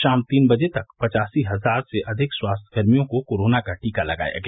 शाम तीन बजे तक पचासी हजार से अधिक स्वास्थ्यकर्मियों को कोरोना का टीका लगाया गया